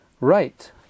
Right